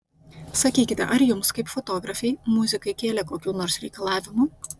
sakykite ar jums kaip fotografei muzikai kėlė kokių nors reikalavimų